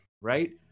right